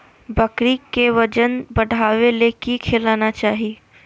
बकरी के वजन बढ़ावे ले की खिलाना चाही?